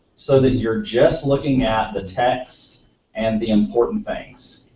so that you're just looking at the text and the important things.